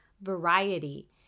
variety